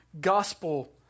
gospel